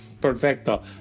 Perfecto